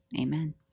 amen